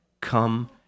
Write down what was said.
Come